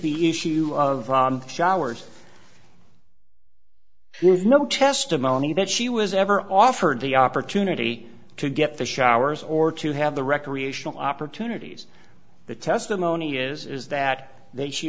the issue of showers there's no testimony that she was ever offered the opportunity to get the showers or to have the recreational opportunities the testimony is that they she